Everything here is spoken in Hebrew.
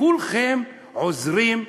וכולכם עוזרים.